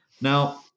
Now